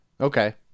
Okay